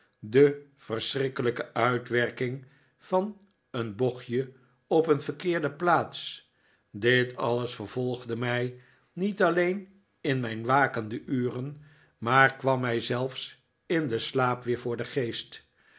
de verschrikkelijke uitwerking van een bochtje op een verkeerde plaats dit alles vervolgde mij niet alleen in mijn wakende uren maar kwam mij zelfs in den slaap weer voor den gee'st